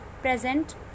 present